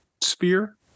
sphere